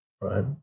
right